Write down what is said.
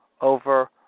over